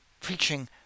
preaching